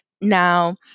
Now